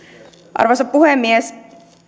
arvoisa puhemies